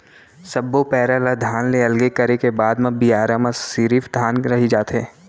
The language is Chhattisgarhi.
सब्बो पैरा ल धान ले अलगे करे के बाद म बियारा म सिरिफ धान रहि जाथे